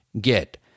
get